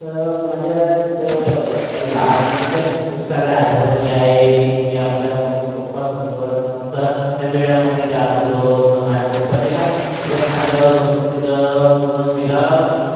तर माझ्या तिथं काही लहानपणीच्या खूप साऱ्या आठवणी आहे की मी आपल्या मम्मी पप्पासोबत मस्त त्या मेळ्यामध्ये जात होतो तर माझ्या पप्पा नाही का मला खांद्यावर बसून तिथं पूर्ण मेळा